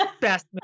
Best